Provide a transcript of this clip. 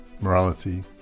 morality